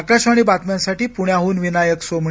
आकाशवाणी बातम्यांसाठी पुण्याह्न विनायक सोमणी